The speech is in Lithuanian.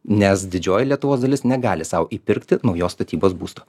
nes didžioji lietuvos dalis negali sau įpirkti naujos statybos būsto